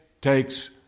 takes